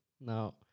No